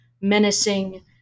menacing